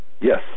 yes